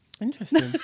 Interesting